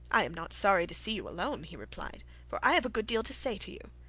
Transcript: i am not sorry to see you alone, he replied, for i have a good deal to say to you.